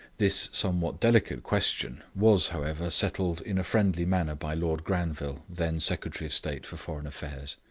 this somewhat delicate question was, however, settled in a friendly manner by lord granville, then secretary of state for foreign affairs.